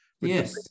Yes